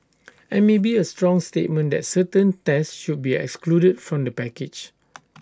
and maybe A strong statement that certain tests should be excluded from the package